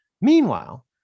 Meanwhile